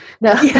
No